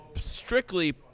strictly